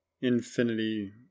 infinity